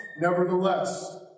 Nevertheless